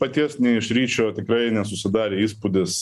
paties ne iš ryšio tikrai nesusidarė įspūdis